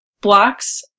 blocks